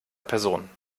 personen